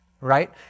right